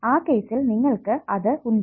ആ കേസിൽ നിങ്ങൾക്ക് അത് ഉണ്ട്